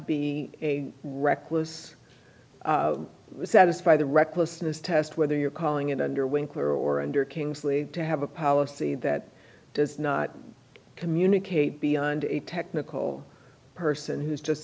be reckless satisfy the recklessness test whether you're calling it under winkler or under kingsley to have a policy that does not communicate beyond a technical person who's just